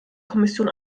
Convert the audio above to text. kommission